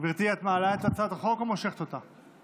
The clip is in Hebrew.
גברתי, את מעלה את הצעת החוק או מושכת אותה?